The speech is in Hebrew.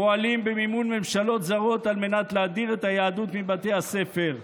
פועלים במימון ממשלות זרות על מנת להדיר את היהדות מבתי הספר.